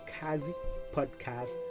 Kazipodcast